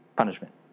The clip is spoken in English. Punishment